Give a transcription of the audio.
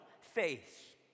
faith